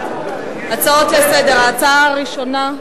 הצעות לסדר-היום.